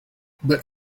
but